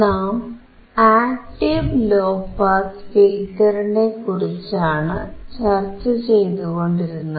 നാം active low pass ഫിൽറ്ററിനെക്കുറിച്ചാണ് ചർച്ചചെയ്തുകൊണ്ടിരുന്നത്